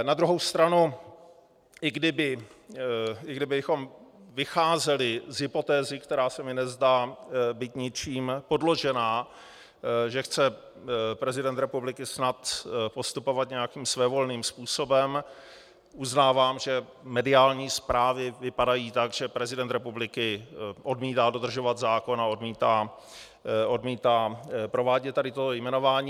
Na druhou stranu, i kdybychom vycházeli z hypotézy, která se mi nezdá být ničím podložená, že chce prezident republiky snad postupovat nějakým svévolným způsobem, uznávám, že mediální zprávy vypadají tak, že prezident republiky odmítá dodržovat zákon a odmítá provádět tady to jmenování.